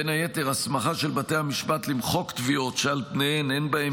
בין היתר הסמכה של בתי המשפט למחוק תביעות שעל פניהן אין בהן